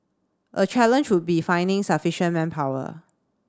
a challenge would be finding sufficient manpower